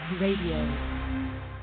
Radio